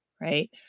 right